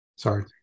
Sorry